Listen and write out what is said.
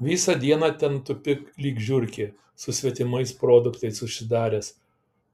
visą dieną ten tupi lyg žiurkė su svetimais produktais užsidaręs